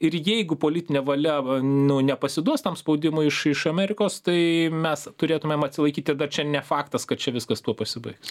ir jeigu politinė valia nu nepasiduos tam spaudimui iš iš amerikos tai mes turėtumėm atsilaikyti ir dar čia ne faktas kad čia viskas tuo pasibaigs